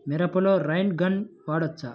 మిరపలో rain gun వాడవచ్చా?